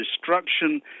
destruction